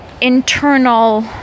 internal